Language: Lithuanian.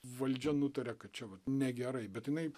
valdžia nutarė kad čia negerai bet jinai